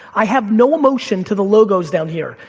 i have no emotion to the logos down here,